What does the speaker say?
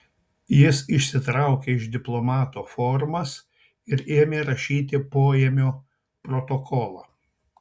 jis išsitraukė iš diplomato formas ir ėmė rašyti poėmio protokolą